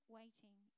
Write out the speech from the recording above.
waiting